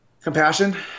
compassion